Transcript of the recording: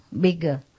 bigger